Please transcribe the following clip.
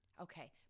Okay